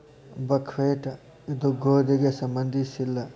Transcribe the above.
buckwheat ಇದು ಗೋಧಿಗೆ ಸಂಬಂಧಿಸಿಲ್ಲ